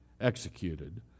executed